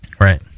Right